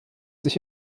sich